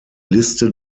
liste